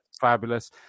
Fabulous